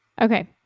Okay